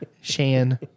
Shan